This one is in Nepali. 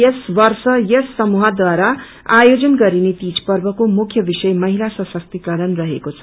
यस वर्ष यस समूहद्वारा आयोजन गरिने तीन पवग्को मुख्य विषय महिला सशक्तिकरण रहेको छ